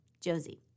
Josie